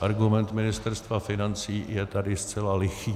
Argument Ministerstva financí je tady zcela lichý.